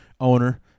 owner